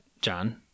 John